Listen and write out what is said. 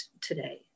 today